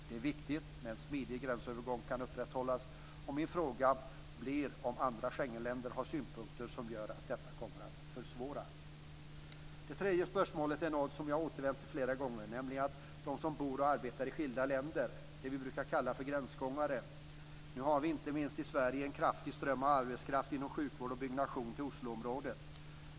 Det är viktigt att en smidig gränsövergång kan upprätthållas. Min fråga blir om andra Schengenländer har synpunkter som gör att detta kommer att försvåras. Det tredje spörsmålet är något som jag har återvänt till flera gånger, nämligen de som bor och arbetar i skilda länder, det vi brukar kalla för gränsgångare. Nu har vi inte minst från Sverige en kraftig ström av arbetskraft inom sjukvård och byggnation till Osloområdet.